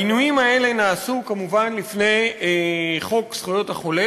העינויים האלה נעשו כמובן לפני חקיקת חוק זכויות החולה.